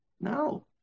No